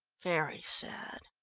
very sad,